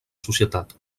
societat